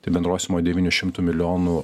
tai bendroj sumoj devynių šimtų milijonų